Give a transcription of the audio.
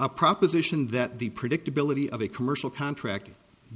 a proposition that the predictability of a commercial contract